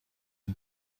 این